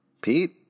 Pete